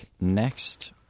next